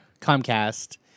Comcast